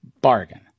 Bargain